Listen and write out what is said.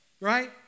Right